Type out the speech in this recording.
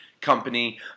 company